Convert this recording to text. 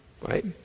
right